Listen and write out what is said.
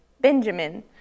Benjamin